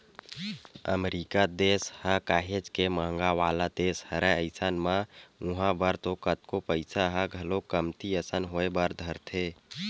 अमरीका देस ह काहेच के महंगा वाला देस हरय अइसन म उहाँ बर तो कतको पइसा ह घलोक कमती असन होय बर धरथे